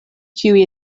ĉiuj